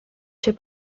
się